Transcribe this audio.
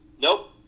Nope